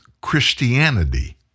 Christianity